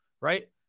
right